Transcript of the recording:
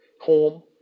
home